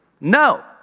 No